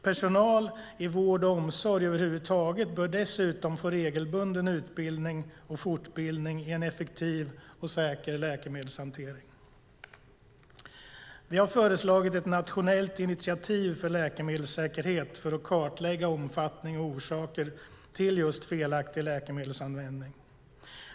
Över huvud taget bör personal i vård och omsorg få regelbunden utbildning och fortbildning i en effektiv och säker läkemedelshantering. Vi har föreslagit ett nationellt initiativ för läkemedelssäkerhet för att kartlägga omfattning och orsaker till just felaktig läkemedelsanvändning.